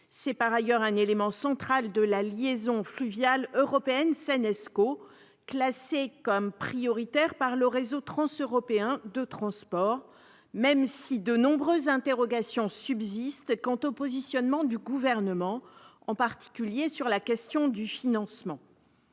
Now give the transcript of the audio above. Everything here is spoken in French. C'est par ailleurs un élément central de la liaison fluviale européenne Seine-Escaut, classée comme prioritaire par le réseau transeuropéen de transport, même si de nombreuses interrogations subsistent quant au positionnement du Gouvernement, en particulier sur la question du financement.